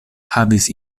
havis